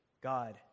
God